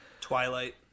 Twilight